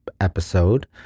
episode